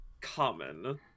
Common